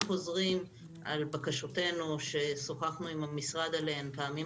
חוזרים על בקשותינו ששוחחנו עליהן עם המשרד פעמים